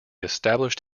established